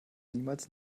niemals